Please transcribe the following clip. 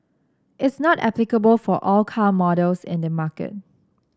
it's not applicable for all car models in the market